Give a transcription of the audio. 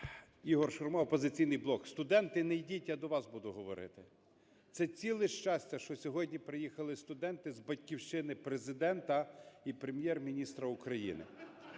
Ігор Шурма, "Опозиційний блок". Студенти, не йдіть, я до вас буду говорити. Це ціле щастя, що сьогодні приїхали студенти з батьківщини Президента і Прем’єр-міністра України.